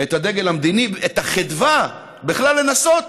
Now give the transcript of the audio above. את הדגל המדיני, את החדווה בכלל לנסות